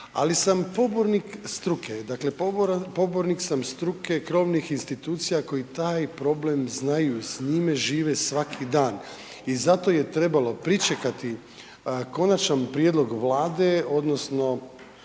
Ali sam pobornik struke, dakle pobornik sam struke krovnih institucija koji taj problem znaju, s njime žive svaki dan i zato je trebalo pričekati konačan prijedlog Vlade odnosno